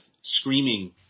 screaming